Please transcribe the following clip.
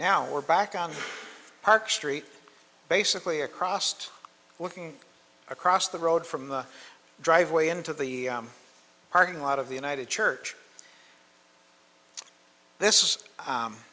now we're back on park street basically a crossed looking across the road from the driveway into the parking lot of the united church this is